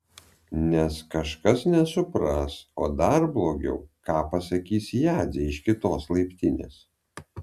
nes kažkas nesupras o dar blogiau ką pasakys jadzė iš kitos laiptinės